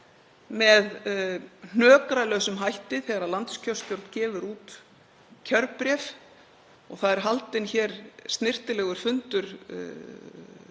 með hnökralausum hætti þegar landskjörstjórn gefur út kjörbréf og haldinn er snyrtilegur fundur